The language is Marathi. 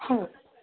हो